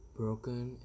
broken